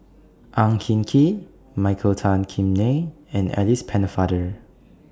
Ang Hin Kee Michael Tan Kim Nei and Alice Pennefather